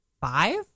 Five